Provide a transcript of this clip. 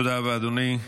תודה רבה, אדוני.